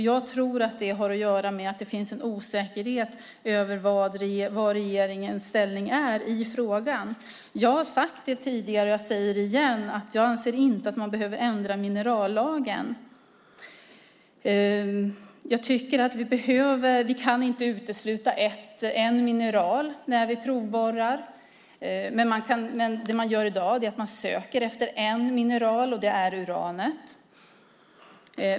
Jag tror att det har att göra med att det finns en osäkerhet om vilken regeringens inställning är i frågan. Jag har sagt det tidigare, och jag säger det igen: Jag anser inte att man behöver ändra minerallagen. Jag tycker att vi inte kan utesluta ett mineral när vi provborrar, men i dag söker man efter ett mineral, och det är uran.